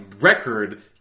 record